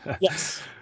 Yes